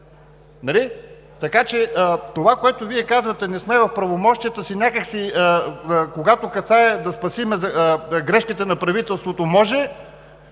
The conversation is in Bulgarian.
Така че това, което Вие казвате, че не сме в правомощията си, някак си, когато касае се да спасим грешките на правителството – може,